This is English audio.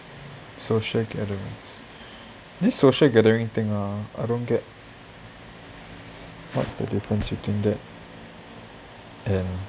social gathering this social gathering thing ah I don't get what's the difference between that and